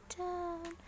down